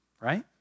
Right